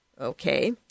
Okay